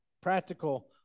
practical